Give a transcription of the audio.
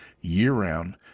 year-round